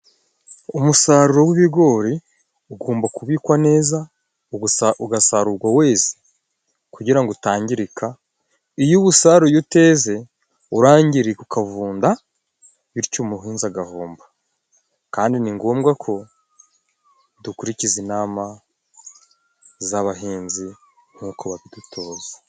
Umusaruro w'ibigori ugomba kubikwa neza, ugasarurwa weze kugira ngo utangirika, iyo uwusaruye uteze urangirika ukavunda, bityo umuhinzi agahomba, kandi ni ngombwa ko dukurikiza inama z'abahinzi, nk'uko babidutoza.